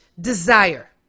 desire